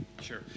Sure